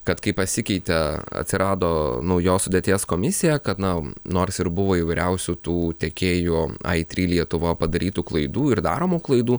kad kai pasikeitė atsirado naujos sudėties komisija kad nau nors ir buvo įvairiausių tų tekėjų aitry lietuva padarytų klaidų ir daromų klaidų